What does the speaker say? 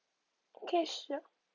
okay sure